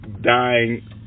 dying